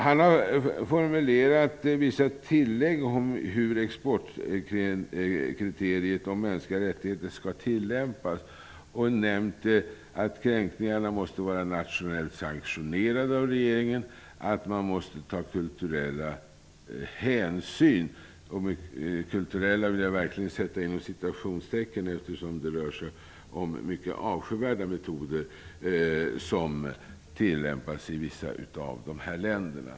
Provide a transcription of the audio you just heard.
Han har formulerat vissa tillägg om hur exportkriteriet om mänskliga rättigheter skall tillämpas och nämnt att kränkningarna måste vara nationellt sanktionerade av regeringen och att man måste ta ''kulturella'' hänsyn. ''Kulturella'' vill jag verkligen sätta inom citationstecken, eftersom det rör sig om mycket avskyvärda metoder som tillämpas i vissa av de här länderna.